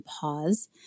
pause